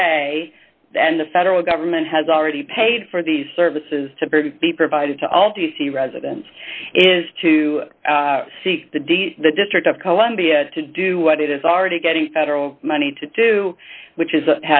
way and the federal government has already paid for the services to be provided to all d c residents is to see the deal the district of columbia to do what it is already getting federal money to do which is